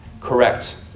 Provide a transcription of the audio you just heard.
correct